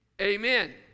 amen